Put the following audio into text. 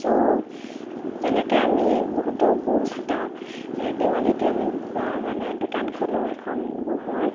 ছ' তেনেকৈ আমি বহুত বোম ফুটাওঁ দেৱালীটো আমি মানে দোকান খোলো এখন বোমৰ